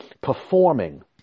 performing